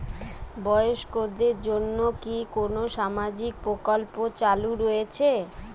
বয়স্কদের জন্য কি কোন সামাজিক প্রকল্প চালু রয়েছে?